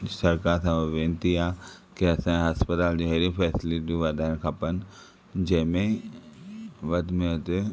सरकार सां विनती आहे त असां जे अस्पताल जूं अहिड़ियूं फेसिलीटीयूं वधण खपनि जंहिं में वधि में वधि